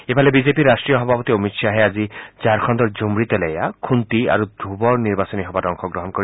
ইফালে বিজেপিৰ ৰাষ্ট্ৰীয় সভাপতি অমিত খাহে আজি ঝাৰখণ্ডৰ ঝুমড়ি টলেয়া খুণ্টি আৰু ধ্ৰুৱত নিৰ্বাচনী সভাত অংশগ্ৰহণ কৰিব